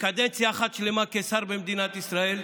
וקדנציה אחת שלמה כשר במדינת ישראל,